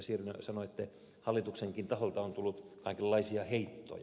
sirnö sanoitte hallituksenkin taholta on tullut kaikenlaisia heittoja